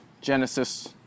Genesis